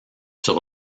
sur